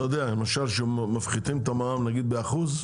למשל כשמפחיתים את המע"מ, נגיד ב-1%,